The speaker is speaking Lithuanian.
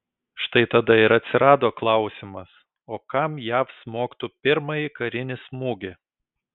štai tada ir atsirado klausimas o kam jav smogtų pirmąjį karinį smūgį